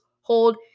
hold